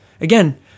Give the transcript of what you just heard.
Again